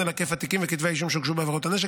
על היקף התיקים וכתבי האישום שהוגשו בעבירות הנשק,